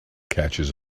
catches